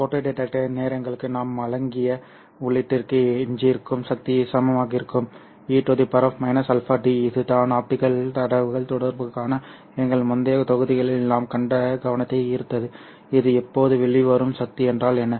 photo detector நேரங்களுக்கு நாம் வழங்கிய உள்ளீட்டிற்கு எஞ்சியிருக்கும் சக்தி சமமாக இருக்கும் e αd இதுதான் ஆப்டிகல் தகவல்தொடர்புக்கான எங்கள் முந்தைய தொகுதிகளில் நாம் கண்ட கவனத்தை ஈர்த்தது இது இப்போது வெளிவரும் சக்தி என்றால் என்ன